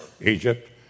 Egypt